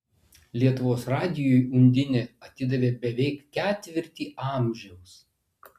lietuvos radijui undinė atidavė beveik ketvirtį amžiaus